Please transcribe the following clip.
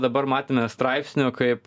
dabar matėme straipsnių kaip